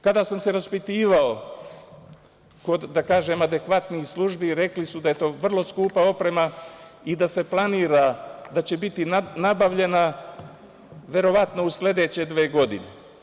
Kada sam se raspitivao kod, da kažem, adekvatnih službi, rekli su da je to vrlo skupa oprema i da se planira da će biti nabavljena verovatno u sledeće dve godine.